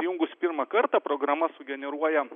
įjungus pirmą kartą programa sugeneruoja